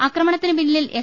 ആക്ര മണത്തിന് പിന്നിൽ എസ്